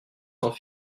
sans